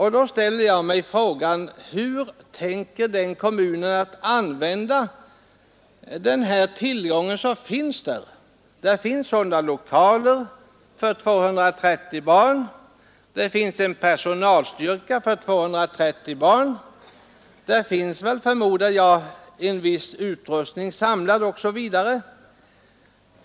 Då frågar jag: Hur tänker den kommunen använda de tillgångar som finns — lokaler för 230 barn, en personalstyrka för 230 barn och, förmodar jag, en viss utrustning?